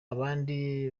abandi